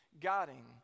guiding